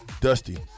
Dusty